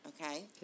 okay